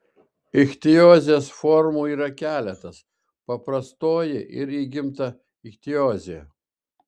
ichtiozės formų yra keletas paprastoji ir įgimta ichtiozė